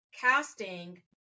casting